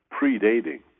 predating